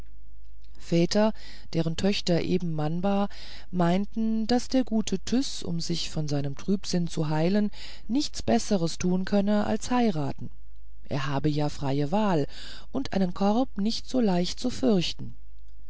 väter deren töchter eben mannbar meinten daß der gute tyß um sich von seinem trübsinn zu heilen nichts besseres tun könne als heiraten er habe ja freie wahl und einen korb nicht so leicht zu fürchten